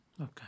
Okay